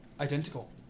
Identical